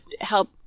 help